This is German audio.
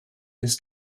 des